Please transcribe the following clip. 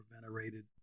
venerated